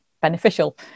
beneficial